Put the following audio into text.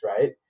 right